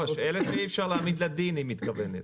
לא, אלה שאי אפשר להעמיד לדין, היא מתכוונת.